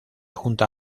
junta